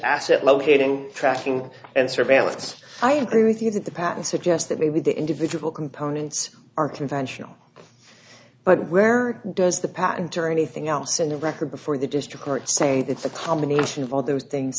asset locating tracking and surveillance i agree with you that the patent suggests that maybe the individual components are conventional but where does the patent or anything else in the record before the district court say it's a combination of all those things